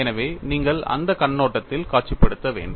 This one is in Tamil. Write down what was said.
எனவே நீங்கள் அந்தக் கண்ணோட்டத்தில் காட்சிப்படுத்த வேண்டும்